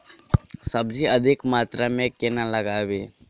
सब्जी अधिक मात्रा मे केना उगाबी?